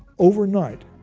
overnight,